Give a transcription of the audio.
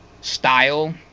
style